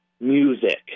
music